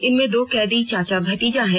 इसमें दो कैदी चाचा भतीजा हैं